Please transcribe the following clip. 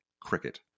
cricket